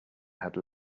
had